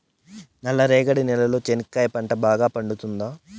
నల్ల రేగడి నేలలో చెనక్కాయ పంట బాగా పండుతుందా?